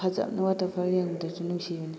ꯐꯖꯅ ꯋꯇ꯭ꯔꯐꯣꯜ ꯌꯦꯡꯕꯗꯨꯁꯨ ꯅꯨꯡꯁꯤꯕꯅꯦ